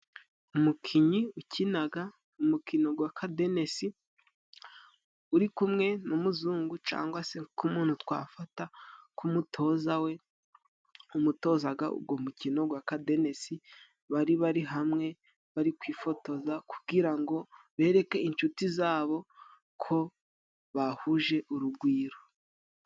Umukinnyi ukinaga umukino gwa kadennesi uri kumwe n'umuzungu cyangwa se numuntu twafata nk'umutoza we umutozaga uwo mukino wa kadenesi bari bari hamwe bari kwifotoza kugira ngo bereke inshuti zabo ko bahuje urugwiro.